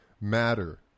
matter